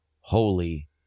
holy